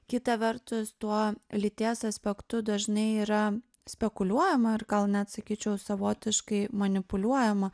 kita vertus tuo lyties aspektu dažnai yra spekuliuojama ar gal net sakyčiau savotiškai manipuliuojama